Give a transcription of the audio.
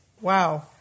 wow